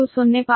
466 p